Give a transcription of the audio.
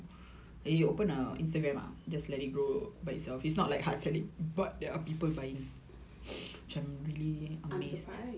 I'm surprised